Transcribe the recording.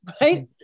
right